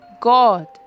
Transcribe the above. God